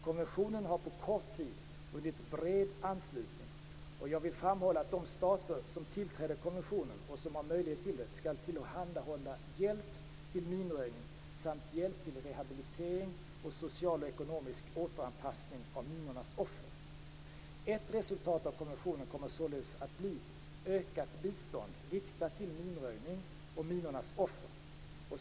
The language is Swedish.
Konventionen har på kort tid vunnit bred anslutning, och jag vill framhålla att de stater som tillträder konventionen, och som har möjlighet till det, skall tillhandahålla hjälp till minröjning samt hjälp till rehabilitering och social och ekonomisk återanpassning av minornas offer. Ett resultat av konventionen kommer således att bli ökat bistånd riktat till minröjning och minornas offer.